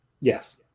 Yes